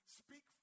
speak